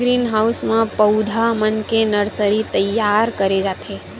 green house म पउधा मन के नरसरी तइयार करे जाथे